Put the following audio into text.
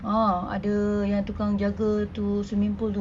ah ada yang tukang jaga tu swimming pool tu